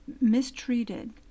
mistreated